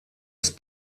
ist